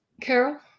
Carol